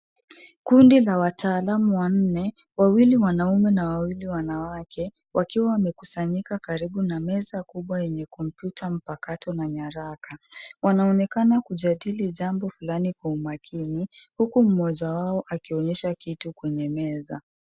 Kundi la wataalamu wanne, wawili wanaume na wawili wanawake wakiwa wamekusanyika akribu na meza kubwa yenye kompyuta mpakato na nyaraka. Wanaonekana kujadili jambo fulani kwa umakini huku mmoja wao akionyesha kitu kwenye meza.